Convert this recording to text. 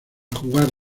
jugar